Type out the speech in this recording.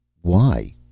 Why